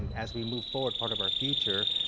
as we move forward, part of our future.